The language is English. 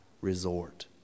resort